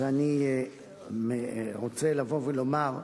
אני רוצה לבוא ולומר: